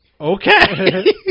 Okay